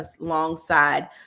alongside